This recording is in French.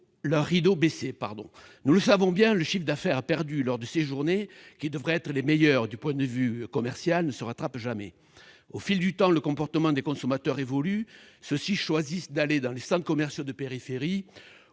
leurs rideaux baissés. Nous le savons bien, le chiffre d'affaires perdu lors de ces journées, qui devraient être les meilleures du point de vue commercial, ne se rattrape jamais. Au fil du temps, le comportement des consommateurs évolue : ils choisissent d'aller dans les centres commerciaux de périphérie,